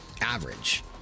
average